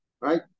right